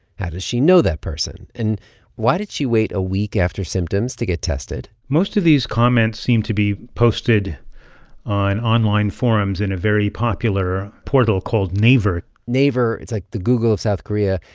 how does she know that person? and why did she wait a week after symptoms to get tested? most of these comments seem to be posted on online forums in a very popular portal called naver naver it's like the google of south korea.